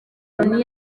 loni